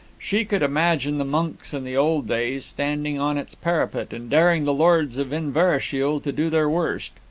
she could imagine the monks in the old days, standing on its parapet and daring the lords of inverashiel to do their worst.